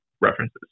references